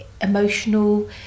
emotional